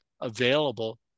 available